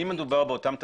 אם מדובר באותם תפקידים,